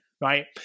right